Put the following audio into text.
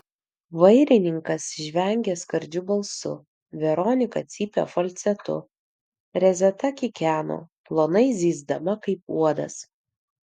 vairininkas žvengė skardžiu balsu veronika cypė falcetu rezeta kikeno plonai zyzdama kaip uodas